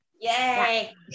Yay